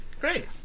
Great